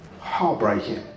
heartbreaking